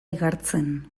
igartzen